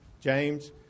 James